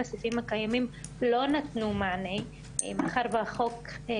רק פשוט אומרת שהם צריכים לחול במרחב הוירטואלי,